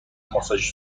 ماساژ